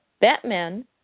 Batman